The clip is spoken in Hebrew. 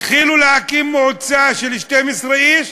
התחילו להקים מועצה של 12 איש,